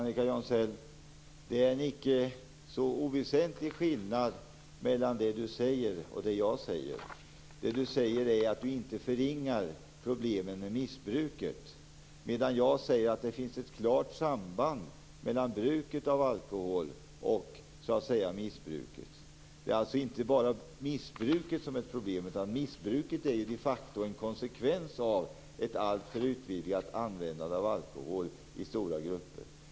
Fru talman! Det är en icke så oväsentlig skillnad mellan det Annika Jonsell säger och det jag säger. Det Annika Jonsell säger är att hon inte förringar problemen med missbruket, medan jag säger att det finns ett klart samband mellan bruket av alkohol och missbruket. Det är alltså inte bara missbruket som är ett problem, utan missbruket är de facto en konsekvens av ett alltför utvidgat användande av alkohol i stora grupper.